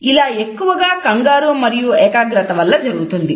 ఇలా ఎక్కువ కంగారు మరియు ఏకాగ్రత వల్ల జరుగుతుంది